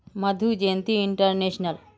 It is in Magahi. मधु जयंती इंटरनेशनल